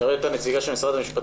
אני רואה את הנציגה של משרד המשפטים.